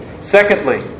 Secondly